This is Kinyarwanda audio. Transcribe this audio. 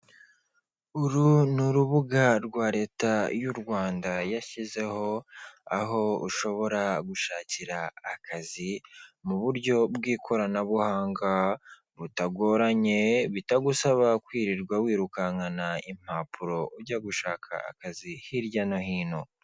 Uru ni urubuga rwa leta y'Urwanda yashyizeho, aho ushobora gushakira akazi mu buryo bw'ikoranabuhanga butagoranye, bitagusaba kwirirwa wirukankana impapuro ujya gushaka akazi hirya no hino.